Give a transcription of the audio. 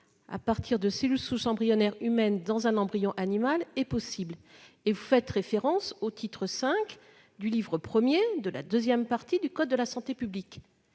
à partir de cellules souches embryonnaires humaines dans un embryon animal est possible, en faisant référence au titre V du livre Ide la deuxième partie du code de la santé publique.